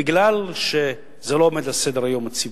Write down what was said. כי זה לא עומד על סדר-היום הציבורי.